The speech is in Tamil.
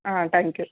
ஆ தேங்க்யூ